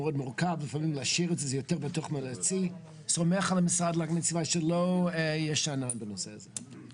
זה אמנם בהדרגה אבל כמי שאחראית על הנושא הזה ברמה הארצית,